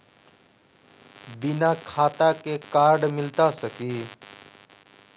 बिना खाता के कार्ड मिलता सकी?